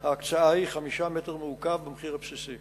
ולא, ייחשב למי שבביתו שלוש נפשות,